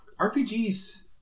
RPGs